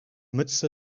mütze